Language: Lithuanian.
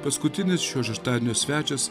paskutinis šio šeštadienio svečias